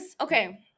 okay